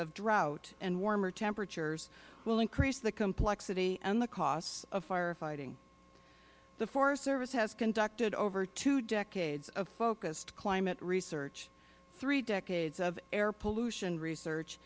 of drought and warmer temperatures will increase the complexity and the costs of fire fighting the forest service has conducted over two decades of focused climate research three decades of air pollution research